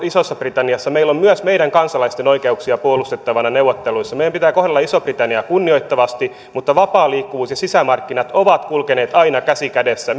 isossa britanniassa meillä on myös meidän kansalaistemme oikeuksia puolustettavana neuvotteluissa meidän pitää kohdella isoa britanniaa kunnioittavasti mutta vapaa liikkuvuus ja sisämarkkinat ovat kulkeneet aina käsi kädessä